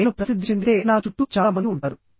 నేను ప్రసిద్ధి చెందితే నా చుట్టూ చాలా మంది ఉంటారు